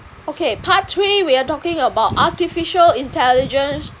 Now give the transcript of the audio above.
okay part three we're talking about artificial intelligence